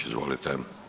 Izvolite.